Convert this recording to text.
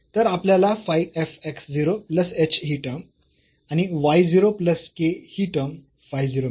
तर आपल्याला phi f x 0 plus h ही टर्म आणि y 0 प्लस k ही टर्म फाय 0 मिळेल